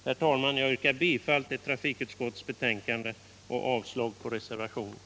Herr talman! Jag yrkar bifall till trafikutskottets hemställan och avslag på reservationen.